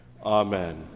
Amen